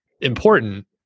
important